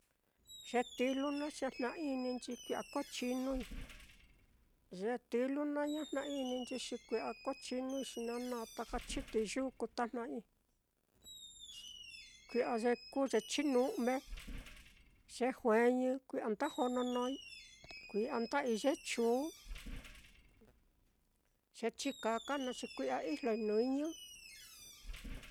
Ye tilu naá xi ña jna-ininchi xi kui'a kochinui, ye tilu naá ña jna-ininchi xi iyo kochinui, xi nana chitií yuku tajna'ai, kui'a ye kuu ye chinu'me, ye jueñi, kui'a nda jononói, kui'a nda'i ye chuun, ye chikaka naá xi kui'a ijloi nɨñɨ.